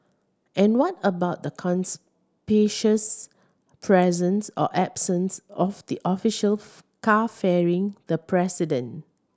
and what about the conspicuous presence or absence of the official car ferrying the president